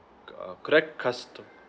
uh could I custo~